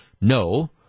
No